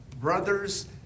brothers